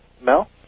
Mel